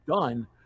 done